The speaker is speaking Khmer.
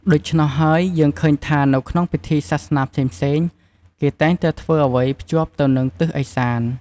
ដូច្នោះហើយ យើងឃើញថានៅក្នុងពិធីសាសនាផ្សេងៗ គេតែងតែធ្វើអ្វីភ្ជាប់ទៅនឹងទិសឦសាន។